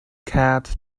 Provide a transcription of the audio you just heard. cat